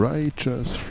Righteous